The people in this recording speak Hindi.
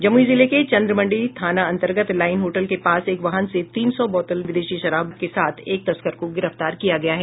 जमुई जिले के चंद्रमंडी थाना अंतर्गत लाईन होटल के पास एक वाहन से तीन सौ बोतल विदेशी शराब के साथ एक तस्कर को गिरफ्तार किया गया है